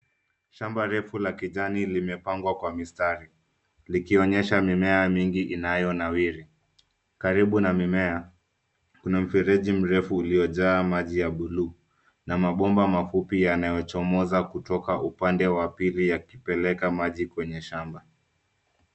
Shamba refu la kijani limepangwa kwa mistari likionyesha mimea mingi inayonawiri. Karibu na mimea kuna mfereji mrefu uliojaa maji ya buluu na mabomba mafupi yanayochomoza kutoka upande wa pili yakipeleka maji kwenye shamba.